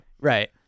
Right